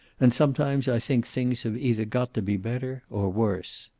and sometimes i think things have either got to be better or worse.